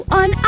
on